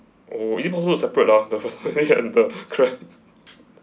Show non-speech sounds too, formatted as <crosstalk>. oh is it possible to separate ah the vermicelli and the crab <laughs>